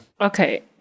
Okay